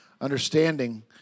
understanding